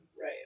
Right